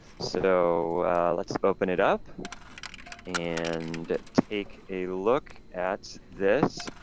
so let's open it up and take a look at this.